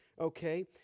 Okay